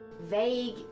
Vague